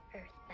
Earth